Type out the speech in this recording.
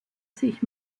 sich